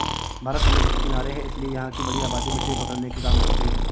भारत समुद्र के किनारे है इसीलिए यहां की बड़ी आबादी मछली पकड़ने के काम करती है